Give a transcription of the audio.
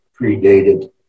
predated